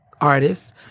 artists